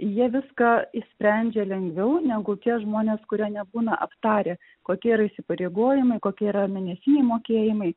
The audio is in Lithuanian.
jie viską išsprendžia lengviau negu tie žmonės kurie nebūna aptarę kokie įsipareigojimai kokie yra mėnesiniai mokėjimai